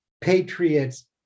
patriots